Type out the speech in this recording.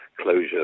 closure